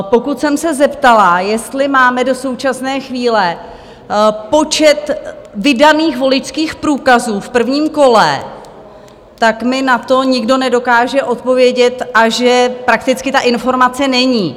Pokud jsem se zeptala, jestli máme do současné chvíle počet vydaných voličských průkazů v prvním kole, tak mi na to nikdo nedokáže odpovědět, a že prakticky ta informace není.